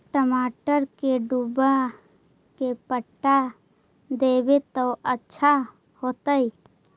टमाटर के डुबा के पटा देबै त अच्छा होतई?